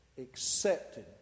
Accepted